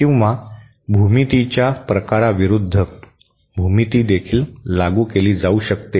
किंवा भूमितीच्या प्रकाराविरूद्ध भूमिती देखील लागू केली जाऊ शकते